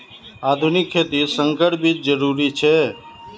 आधुनिक खेतित संकर बीज जरुरी छे